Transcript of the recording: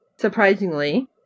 surprisingly